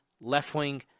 left-wing